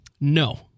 No